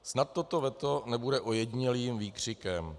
Snad toto veto nebude ojedinělým výkřikem.